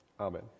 Amen